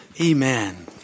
Amen